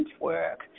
work